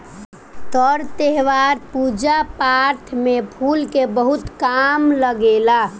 तर त्यौहार, पूजा पाठ में फूल के बहुत काम लागेला